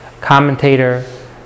commentator